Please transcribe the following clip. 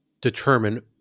determine